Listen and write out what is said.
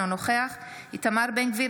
אינו נוכח איתמר בן גביר,